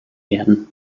werden